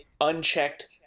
unchecked –